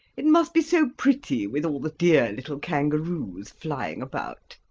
it must be so pretty with all the dear little kangaroos flying about.